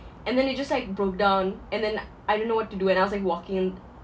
and then it just like broke down and then I don't know what to do and I was like walking